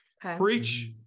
preach